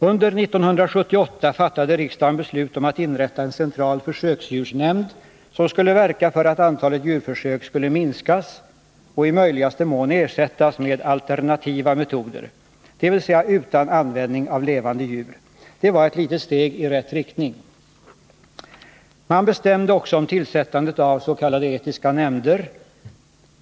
Under 1978 fattade riksdagen beslut om att inrätta en central försöksdjursnämnd som skulle verka för att antalet djurförsök skulle minskas och i möjligaste mån ersättas med alternativa metoder — dvs. utan användning av Nr 17 levande djur. Det var ett litet steg i rätt riktning. Man bestämde också om tillsättandet av s.k. etiska nämnder.